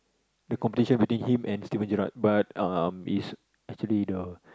the competition between him and Steven-Garrard but um it's actually the